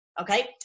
okay